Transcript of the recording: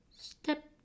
Step